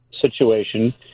situation